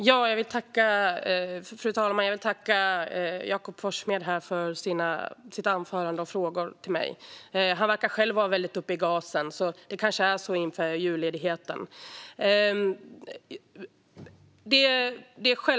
Fru talman! Jag vill tacka Jakob Forssmed för hans inlägg och frågorna till mig. Han verkar själv vara väldigt uppe i gasen, men det kanske är så inför julledigheten.